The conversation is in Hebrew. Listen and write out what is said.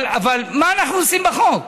אבל מה אנחנו עושים בחוק?